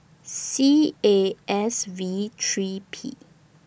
C A S V three P